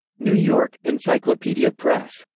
new york encyclopedia press.